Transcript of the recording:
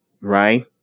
right